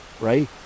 right